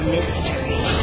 Mystery